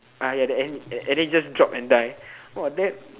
ah ya the end and and then just drop and die !wah! that